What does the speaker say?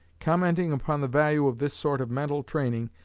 commenting upon the value of this sort of mental training,